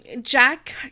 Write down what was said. Jack